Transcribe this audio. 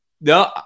No